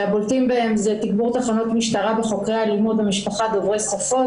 שהבולטות בהן זה תגבור תחנות משטרה בחוקרי אלימות במשפחה דוברי שפות,